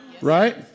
Right